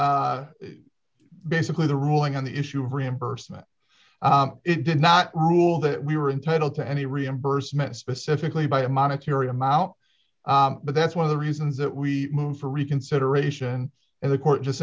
be basically the ruling on the issue of reimbursement it did not rule that we were entitled to any reimbursement specifically by a monetary amount but that's one of the reasons that we moved for reconsideration and the court just